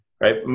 right